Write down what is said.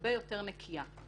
הרבה יותר נקייה.